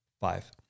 five